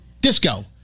disco